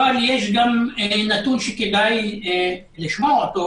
אבל יש גם נתון שכדאי לשמוע אותו,